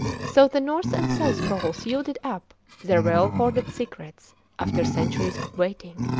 so the north and south poles yielded up their well-hoarded secrets after centuries of waiting,